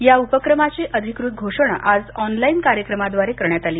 या उपक्रमाची अधिकृत घोषणा आज ऑनलाईन कार्यक्रमाद्वारे करण्यात आली